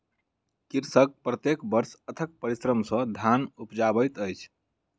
कृषक प्रत्येक वर्ष अथक परिश्रम सॅ धान उपजाबैत अछि